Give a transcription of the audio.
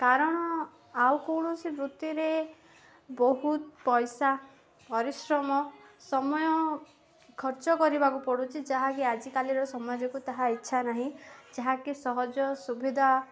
କାରଣ ଆଉ କୌଣସି ବୃତ୍ତିରେ ବହୁତ ପଇସା ପରିଶ୍ରମ ସମୟ ଖର୍ଚ୍ଚ କରିବାକୁ ପଡ଼ୁଛି ଯାହାକି ଆଜିକାଲିର ସମାଜକୁ ତାହା ଇଚ୍ଛା ନାହିଁ ଯାହାକି ସହଜ ସୁବିଧା